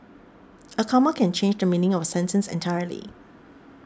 a comma can change the meaning of a sentence entirely